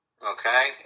Okay